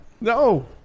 No